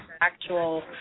actual